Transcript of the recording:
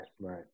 right